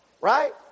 Right